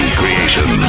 creation